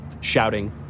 shouting